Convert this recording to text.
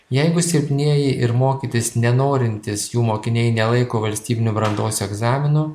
jeigu silpnieji ir mokytis nenorintys jų mokiniai nelaiko valstybinių brandos egzaminų